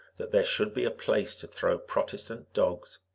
that there should be a place to throw protestant dogs!